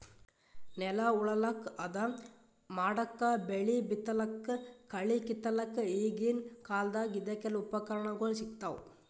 ನೆಲ ಉಳಲಕ್ಕ್ ಹದಾ ಮಾಡಕ್ಕಾ ಬೆಳಿ ಬಿತ್ತಲಕ್ಕ್ ಕಳಿ ಕಿತ್ತಲಕ್ಕ್ ಈಗಿನ್ ಕಾಲ್ದಗ್ ಇದಕೆಲ್ಲಾ ಉಪಕರಣಗೊಳ್ ಸಿಗ್ತಾವ್